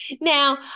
Now